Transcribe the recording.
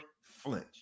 flinch